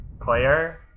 player